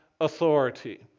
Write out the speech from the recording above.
authority